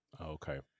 Okay